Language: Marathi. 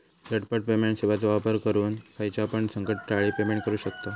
झटपट पेमेंट सेवाचो वापर करून खायच्यापण संकटकाळी पेमेंट करू शकतांव